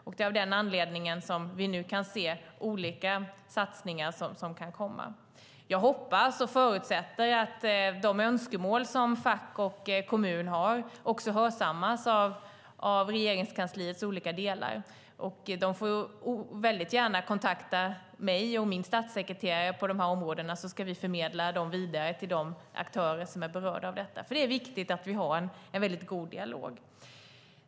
Det är av den anledningen vi nu kan se olika satsningar som kan komma. Jag hoppas och förutsätter att de önskemål som fack och kommun har hörsammas av Regeringskansliets olika delar. De får väldigt gärna kontakta mig och min statssekreterare på dessa områden, så ska vi förmedla dem vidare till de aktörer som är berörda av detta. Det är nämligen viktigt att vi har en god dialog.